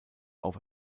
auf